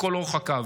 לכל אורך הקו.